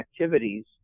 activities